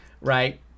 right